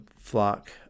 flock